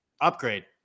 upgrade